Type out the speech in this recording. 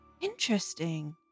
Interesting